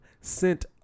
sent